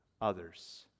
others